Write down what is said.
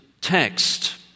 text